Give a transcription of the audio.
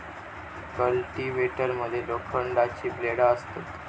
cultivator मध्ये लोखंडाची ब्लेडा असतत